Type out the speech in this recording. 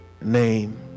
name